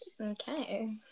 okay